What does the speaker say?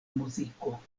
muziko